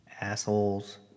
assholes